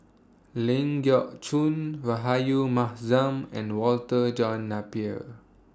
Ling Geok Choon Rahayu Mahzam and Walter John Napier